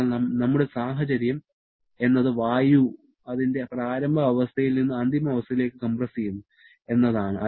അതിനാൽ നമ്മുടെ സാഹചര്യം എന്നത് വായു അതിന്റെ പ്രാരംഭ അവസ്ഥയിൽ നിന്ന് അന്തിമ അവസ്ഥയിലേക്ക് കംപ്രസ് ചെയ്യുന്നു എന്നതാണ്